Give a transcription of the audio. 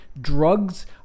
drugs